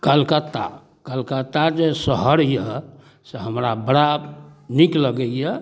कलकत्ता कलकत्ता जे शहर अइ से हमरा बड़ा नीक लगैए